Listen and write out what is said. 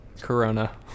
Corona